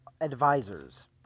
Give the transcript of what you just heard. advisors